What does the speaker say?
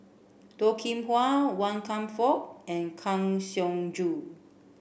Toh Kim Hwa Wan Kam Fook and Kang Siong Joo